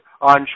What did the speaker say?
on